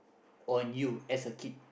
on you as a kid